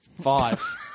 Five